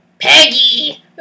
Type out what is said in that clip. Peggy